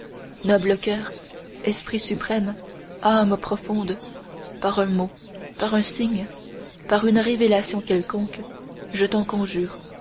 noble coeur esprit suprême âme profonde par un mot par un signe par une révélation quelconque je t'en conjure